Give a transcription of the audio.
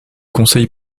conseil